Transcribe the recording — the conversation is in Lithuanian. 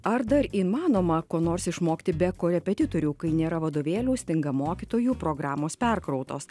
ar dar įmanoma ko nors išmokti be korepetitorių kai nėra vadovėlių stinga mokytojų programos perkrautos